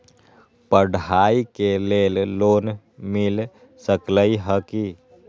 पढाई के लेल लोन मिल सकलई ह की?